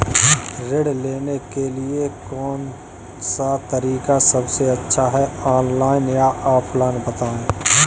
ऋण लेने के लिए कौन सा तरीका सबसे अच्छा है ऑनलाइन या ऑफलाइन बताएँ?